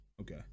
Okay